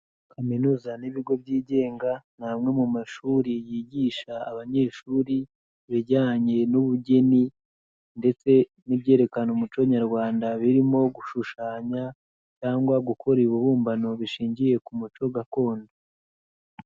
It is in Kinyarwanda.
Kaminuza n'ibigo byigenga ni amwe mu mashuri yigisha abanyeshuri ibijyanye n'ubugeni ndetse n'ibyerekana umuco nyarwanda birimo gushushanya cyangwa gukora ibibumbano bishingiye ku muco gakondo.